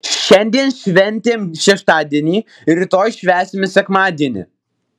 šiandien šventėm šeštadienį rytoj švęsime sekmadienį